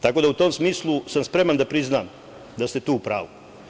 Tako da u tom smislu sam spreman da priznam da ste tu u pravu.